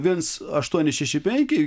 viens aštuoni šeši penki